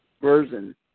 version